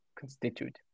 constitute